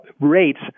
rates